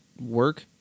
work